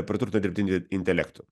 praturtino dirbtiniu intelektu